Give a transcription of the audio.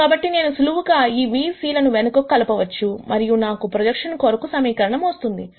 కాబట్టి నేను సులువుగా ఈ v c లను వెనుకకు కలపవచ్చు మరియు నాకు ప్రొజెక్షన్ కొరకు సమీకరణము వస్తుంది